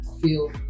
feel